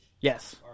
Yes